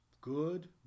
Good